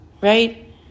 right